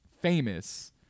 famous